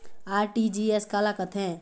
RTGS काला कथें?